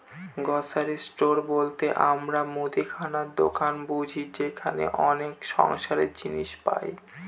grocery store বলতে আমরা মুদির দোকান বুঝি যেখানে অনেক সংসারের জিনিস পাই